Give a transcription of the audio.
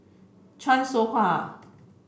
Chan Soh Ha